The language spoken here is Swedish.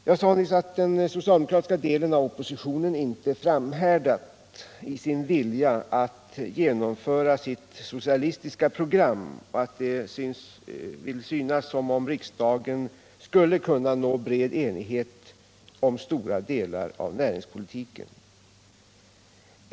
Jag sade nyss att den socialdemokratiska delen av oppositionen inte framhärdat i sin vilja att genomföra sitt socialistiska program och att det vill synas som om riksdagen skulle kunna nå bred enighet om stora delar av näringspolitiken.